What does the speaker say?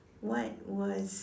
what was